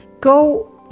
go